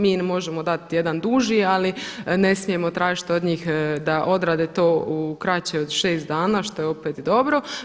Mi možemo dati jedan duži ali ne smijemo tražiti od njih da odrade to u kraće od 6 dana što je opet dobro.